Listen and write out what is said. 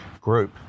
group